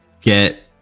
get